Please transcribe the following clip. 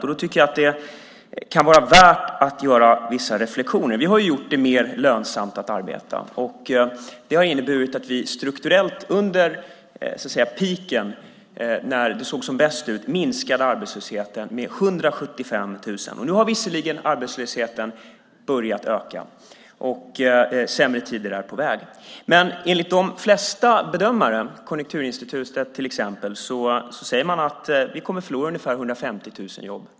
Jag tycker att det kan vara värt att göra vissa reflexioner. Vi har gjort det mer lönsamt att arbeta. Det har inneburit att vi strukturellt under peaken, när det såg som bäst ut, minskade arbetslösheten med 175 000. Nu har visserligen arbetslösheten börjat öka och sämre tider är på väg, men enligt de flesta bedömare, till exempel Konjunkturinstitutet, kommer vi att förlora ungefär 150 000 jobb.